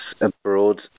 abroad